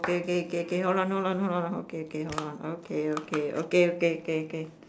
K K K K hold on hold on hold on okay okay hold on okay okay okay okay okay okay okay